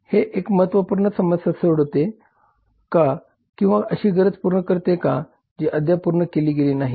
हे एक महत्त्वपूर्ण समस्या सोडवते का किंवा अशी गरज पूर्ण करते का जी अद्याप पूर्ण केली गेली नाही